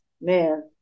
Man